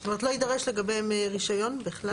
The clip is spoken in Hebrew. זאת אומרת, לא יידרש לגביהם רישיון בכלל?